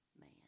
man